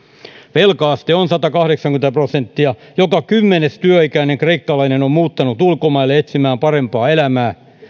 velka aste on satakahdeksankymmentä prosenttia joka kymmenes työikäinen kreikkalainen on muuttanut ulkomaille etsimään parempaa elämää